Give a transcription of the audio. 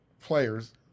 players